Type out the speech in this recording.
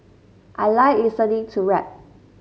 I like listening to rap